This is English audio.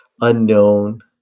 unknown